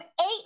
eight